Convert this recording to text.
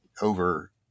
over